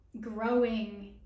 growing